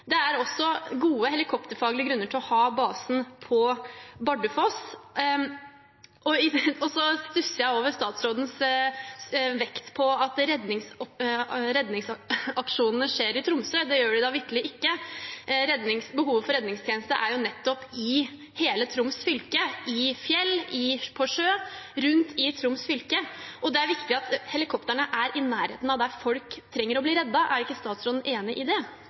Det er også gode helikopterfaglige grunner til å ha basen på Bardufoss. Jeg stusser over statsrådens vekt på at redningsaksjonene skjer i Tromsø. Det gjør de da vitterlig ikke. Behovet for redningstjeneste er jo nettopp i hele Troms fylke – i fjellet, på sjøen, rundt i Troms fylke – og det er viktig at helikoptrene er i nærheten av der folk trenger å bli reddet. Er ikke statsråden enig i det?